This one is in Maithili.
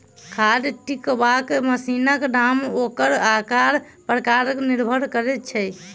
खाद छिटबाक मशीनक दाम ओकर आकार प्रकार पर निर्भर करैत अछि